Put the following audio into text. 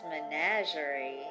menagerie